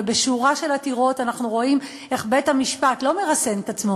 ובשורה של עתירות אנחנו רואים איך בית-המשפט לא מרסן את עצמו,